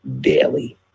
daily